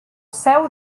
seu